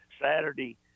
Saturday